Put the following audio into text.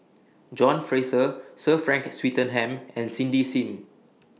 John Fraser Sir Frank Swettenham and Cindy SIM